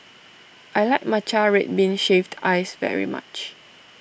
I like Matcha Red Bean Shaved Ice very much